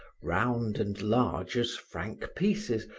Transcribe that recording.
round and large as franc pieces,